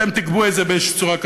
ואתם תגבו את זה באיזושהי צורה,